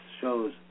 shows